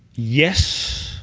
yes.